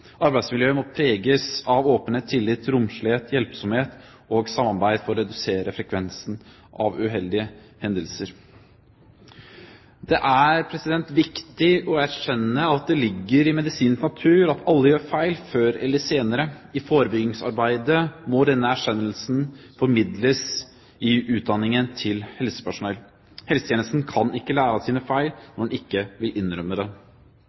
Arbeidsmiljøet må preges av åpenhet, tillit, romslighet, hjelpsomhet og samarbeid for å redusere frekvensen av uheldige hendelser. Det er viktig å erkjenne at det ligger i medisinens natur at alle gjør feil før eller senere. I forebyggingsarbeidet må denne erkjennelsen formidles til helsepersonell i utdanningen. Helsetjenesten kan ikke lære av sine feil når den ikke vil innrømme